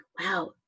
wow